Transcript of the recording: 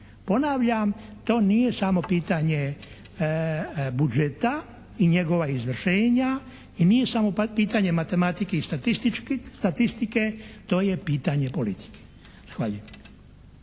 Ponavljam, to nije samo pitanje budžeta i njega izvršenja i nije samo pitanje matematike i statistike. To je pitanje politike.